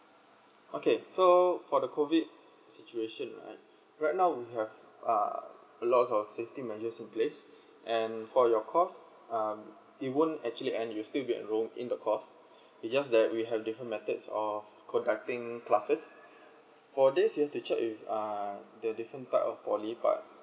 okay so for the COVID situation right right now we have uh a lots of safety measures in place and for your course um you won't actually and you still be enroll in the course it just that we have different method of conducting classes for this you have to check with uh the different type of poly but